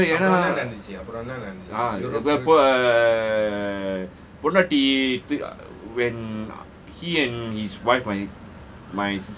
india என்னனா பொன்டாட்டி:enna pondaati when he and his wife my